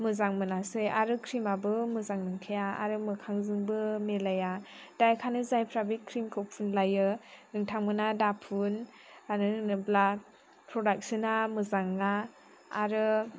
मोजां मोनासै आरो क्रिम आबो मोजां नंखाया आरो मोखांजोंबो मिलाया दा बेनिखायनो जायफोरा बे क्रिम खौ फुनलायो नोंथांमोना दाफुन मानो होनोब्ला प्रदाक्सन आ मोजां नङा आरो